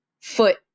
foot